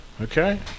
okay